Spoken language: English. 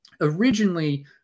originally